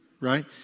right